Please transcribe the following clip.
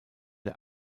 der